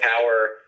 power